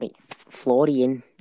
Florian